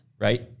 right